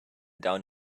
down